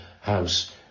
house